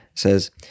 Says